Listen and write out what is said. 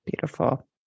Beautiful